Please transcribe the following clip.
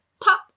pop